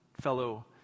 fellow